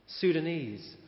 Sudanese